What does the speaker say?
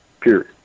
period